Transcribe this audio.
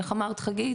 איך אמרת חגית,